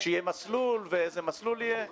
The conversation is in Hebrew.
שיהיה מסלול, ואיזה מסלול יהיה?